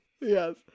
Yes